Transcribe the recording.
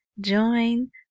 join